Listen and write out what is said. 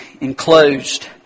enclosed